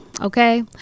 Okay